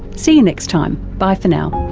see you next time, bye for now